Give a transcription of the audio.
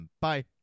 Bye